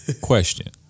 Question